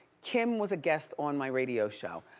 kim was a guest on my radio show,